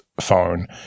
phone